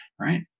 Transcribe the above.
Right